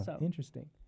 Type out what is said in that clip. Interesting